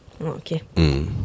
Okay